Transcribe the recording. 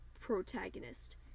protagonist